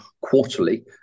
quarterly